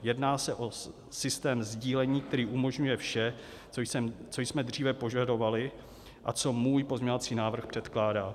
Jedná se o systém sdílení, který umožňuje vše, co jsme dříve požadovali a co můj pozměňovací návrh předkládá.